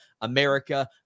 America